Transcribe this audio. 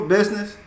Business